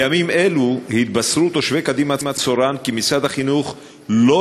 בימים אלה התבשרו תושבי קדימה-צורן כי משרד החינוך לא